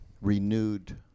renewed